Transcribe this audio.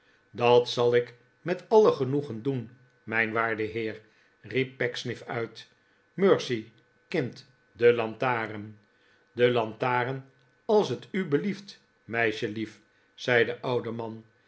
dat zal ik met alle genoegen doen mijn waarde heer riep pecksniff uit mercy kind de lantaren de lantaren als het u belieft meisjelief zei de oude man